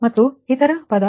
ನಂತರ 0